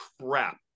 crap